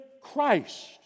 Christ